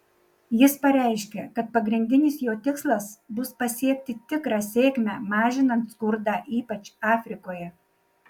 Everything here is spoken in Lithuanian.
jis pareiškė kad pagrindinis jo tikslas bus pasiekti tikrą sėkmę mažinant skurdą ypač afrikoje